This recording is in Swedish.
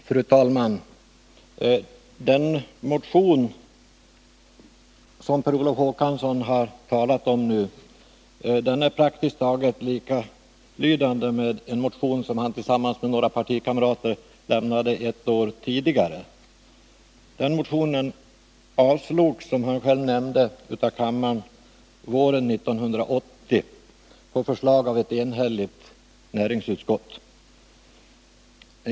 Fru talman! Den motion som Per Olof Håkansson nu har talat om är praktiskt taget likalydande med den motion som han tillsammans med några partikamrater väckte ett år tidigare. Den motionen avslogs, som han själv nämnde, av kammaren våren 1980 på förslag av ett enhälligt näringsutskott.